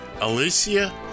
Alicia